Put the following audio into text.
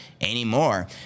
anymore